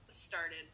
started